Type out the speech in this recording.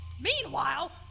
Meanwhile